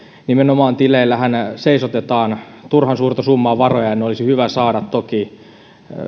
nimenomaan tileillähän seisotetaan turhan suurta summaa varoja ja ne olisi hyvä saada toki